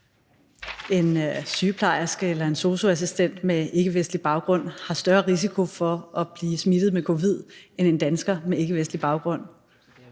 en sygeplejerske eller sosu-assistent med ikkevestlig baggrund har større risiko for at blive smittet med covid end en dansker, som er